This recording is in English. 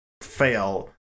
fail